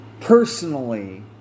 personally